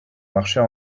marcher